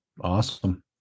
Awesome